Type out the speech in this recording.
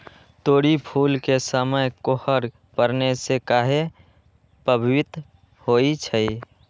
तोरी फुल के समय कोहर पड़ने से काहे पभवित होई छई?